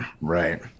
Right